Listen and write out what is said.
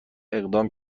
اقدام